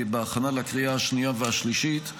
בהכנה לקריאה השנייה והשלישית.